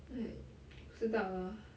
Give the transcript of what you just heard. like 不知道啦